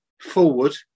forward